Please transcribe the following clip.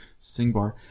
Singbar